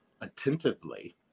attentively